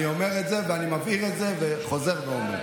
אני אומר את זה ומבהיר את זה וחוזר ואומר.